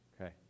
okay